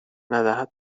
ندهد